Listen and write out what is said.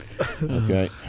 Okay